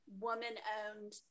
woman-owned